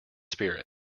spirit